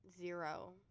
Zero